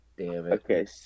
Okay